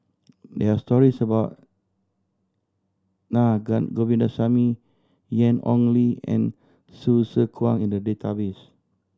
there are stories about Na Govindasamy Ian Ong Li and Hsu Tse Kwang in the database